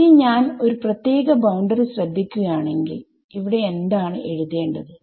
ഇനി ഞാൻ ഒരു പ്രത്യേക ബൌണ്ടറി ശ്രദ്ധിക്കുകയാണെങ്കിൽ ഇവിടെ എന്താണ് എഴുതേണ്ടത്